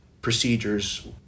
procedures